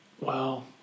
Wow